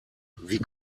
wie